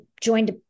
joined